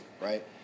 right